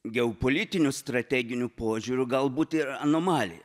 geopolitiniu strateginiu požiūriu galbūt ir anomalija